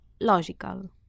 logical